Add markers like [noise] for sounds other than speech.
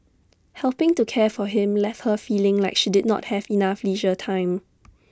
helping to care for him left her feeling like she did not have enough leisure time [noise]